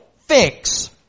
fix